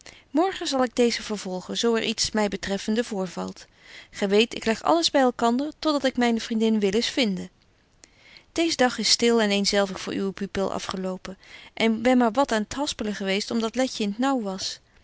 morgen zal ik deezen vervolgen zo er iets my betreffende voorvalt gy weet ik leg alles by elkander tot dat ik myne vriendin willis vinde dees dag is stil en eenzelvig voor uwe pupil afgelopen en ik ben maar wat aan t haspelen geweest om dat letje in t naauw was